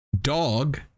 dog